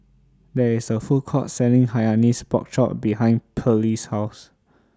There IS A Food Court Selling Hainanese Pork Chop behind Perley's House